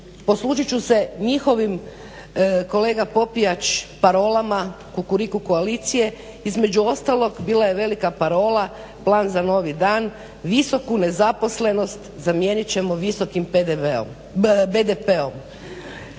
poslužit ću se njihovim kolega Popijač parolama Kukuriku koalicije. Između ostalog bila je velika parola plan za novi dan, visoku nezaposlenost zamijenit ćemo visokim PDV-om,